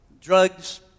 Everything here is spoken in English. drugs